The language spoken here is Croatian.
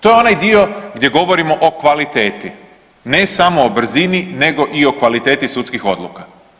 To je onaj dio gdje govorimo o kvaliteti, ne samo o brzini nego i o kvaliteti sudskih odluka.